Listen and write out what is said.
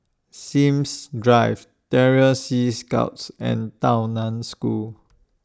Sims Drive Terror Sea Scouts and Tao NAN School